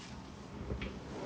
hi